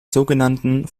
sogenannten